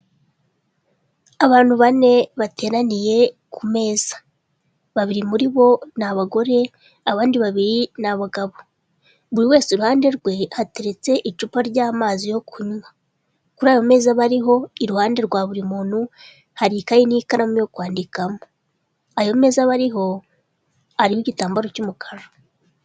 Abantu bane bateraniye ku meza. Babiri muri bo, ni abagore, abandi babiri, ni abagabo. Buri wese iruhande rwe, hateretse icupa ry'amazi yo kunywa. Kuri ayo meza bariho, iruhande rwa buri muntu, hari ikayi n'ikaramu yo kwandikamo. Ayo meza bariho, ariho igitambaro cy'umukara.